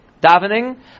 davening